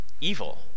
evil